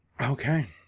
okay